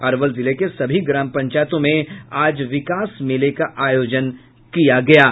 अरवल जिले के सभी ग्राम पंचायतों में आज विकास मेला का आयोजन किया गया है